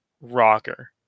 rocker